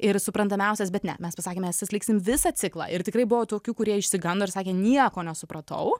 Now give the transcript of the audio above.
ir suprantamiausias bet ne mes pasakėm mes atliksim visą ciklą ir tikrai buvo tokių kurie išsigando ir sakė nieko nesupratau